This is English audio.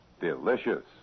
delicious